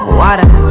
water